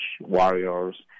warriors